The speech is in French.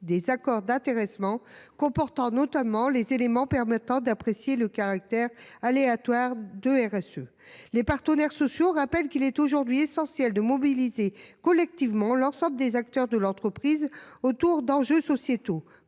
des accords d’intéressement, comportant notamment les éléments permettant d’apprécier le caractère aléatoire de la RSE. « Les partenaires sociaux rappellent qu’il est aujourd’hui essentiel de mobiliser collectivement l’ensemble des acteurs de l’entreprise autour d’enjeux sociétaux.